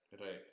Right